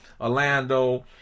Orlando